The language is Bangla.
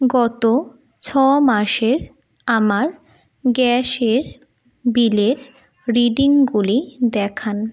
গত ছমাসের আমার গ্যাসের বিলের রিডিংগুলি দেখান